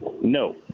No